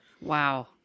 Wow